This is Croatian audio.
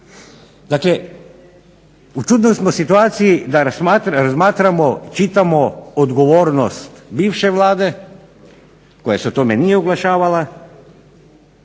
Dakle, u čudnoj smo situaciji da razmatramo, čitamo, odgovornost bivše vlade koja se o tome nije oglašavala,